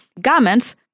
garments